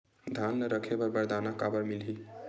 धान ल रखे बर बारदाना काबर मिलही?